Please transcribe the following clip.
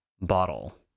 bottle